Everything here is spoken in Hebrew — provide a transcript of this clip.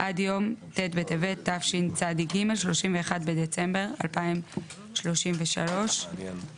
""עד יום ט' בטבת התשצ"ג (31 בדצמבר 2033)"." (היו"ר יעקב אשר,